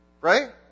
Right